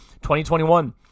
2021